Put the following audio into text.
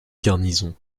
garnison